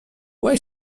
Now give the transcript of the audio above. why